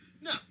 No